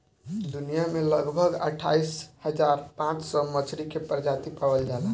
दुनिया में लगभग अट्ठाईस हज़ार पाँच सौ मछरी के प्रजाति पावल जाला